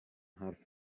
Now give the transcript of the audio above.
حرف